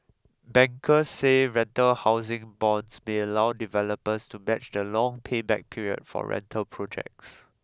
bankers say rental housing bonds may allow developers to match the long payback period for rental projects